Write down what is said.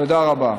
תודה רבה.